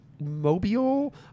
mobile